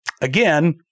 Again